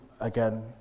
again